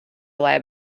lab